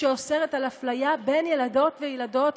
שאוסרת על אפליה בין ילדות וילדות,